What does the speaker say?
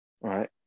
right